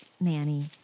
Nanny